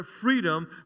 freedom